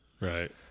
right